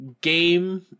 game